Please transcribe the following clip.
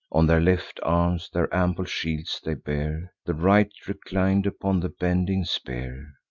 on their left arms their ample shields they bear, the right reclin'd upon the bending spear.